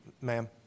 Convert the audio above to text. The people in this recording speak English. Ma'am